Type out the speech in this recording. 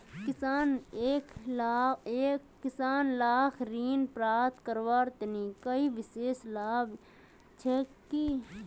किसान लाक ऋण प्राप्त करवार तने कोई विशेष लाभ छे कि?